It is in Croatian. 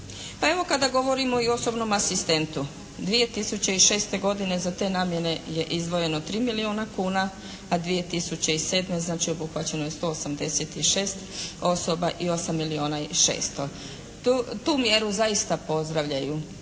Pa evo kada govorimo i o osobnom asistentu 2006. godine za te namjene je izdvojeno 3 milijuna kuna, a 2007. znači obuhvaćeno je 186 osoba i 8 milijuna i 600. Tu mjeru zaista pozdravljaju